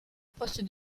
poste